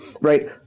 Right